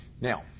Now